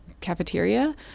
cafeteria